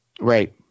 Right